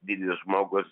didis žmogus